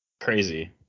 Crazy